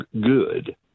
good